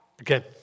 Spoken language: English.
Again